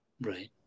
Right